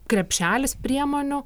krepšelis priemonių